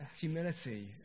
humility